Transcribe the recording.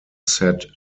set